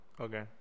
Okay